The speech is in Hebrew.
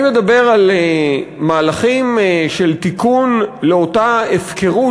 אני מדבר על מהלכים של תיקון אותה הפקרות